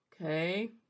Okay